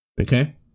Okay